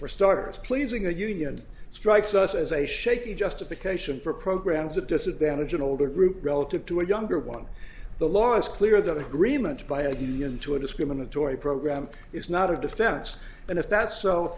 for starters pleasing the unions strikes us as a shaky justification for programs that disadvantage an older group relative to a younger one the law is clear that agreement by a million to a discriminatory program is not a defense and if that's so